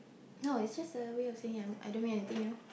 no it's just a way of saying I'm I don't mean anything you know